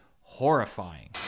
horrifying